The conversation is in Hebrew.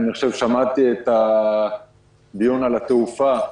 שמעתי את הדיון על התעופה.